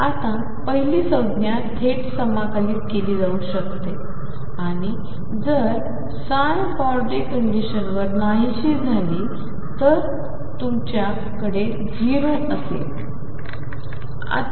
आता पहिली संज्ञा थेट समाकलित केली जाऊ शकते आणि जर ψ बाउंडरी कंडिशनवर नाहीशी झाली तर तुमच्या कडे हे 0 असेल